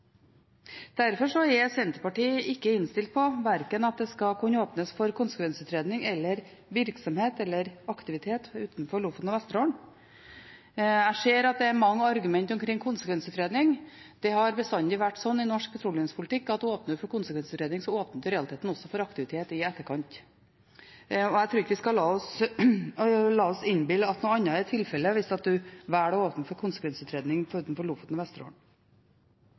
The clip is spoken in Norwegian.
Derfor er Senterpartiet ikke innstilt på at det skal kunne åpnes for verken konsekvensutredning, virksomhet eller aktivitet utenfor Lofoten og Vesterålen. Jeg ser at det er mange argumenter omkring konsekvensutredning. Det har bestandig vært sånn i norsk petroleumspolitikk at åpner man for konsekvensutredning, så åpner man i realiteten for aktivitet i etterkant. Og jeg tror ikke vi skal innbille oss at noe annet er tilfellet hvis man velger å åpne for konsekvensutredning utenfor Lofoten og Vesterålen.